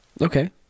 Okay